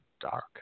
dark